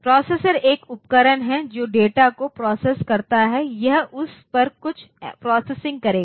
processor एक उपकरण है जो डेटा को प्रोसेस करता है यह उस पर कुछ प्रोसेसिंग करेगा